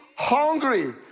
hungry